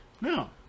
No